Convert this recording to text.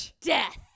death